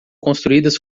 construídas